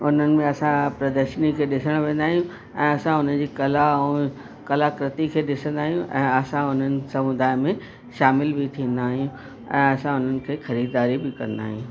उन्हनि में असां प्रदर्शनी खे ॾिसण वेंदा आहियूं ऐं असां हुनजी कला ऐं कलाकृति खे ॾिसंदा आहियूं ऐं असां उन्हनि समुदाय में शामिलु बि थींदा आहियूं ऐं असां उन्हनि खे ख़रीदारी बि कंदा आहियूं